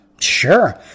sure